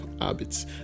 habits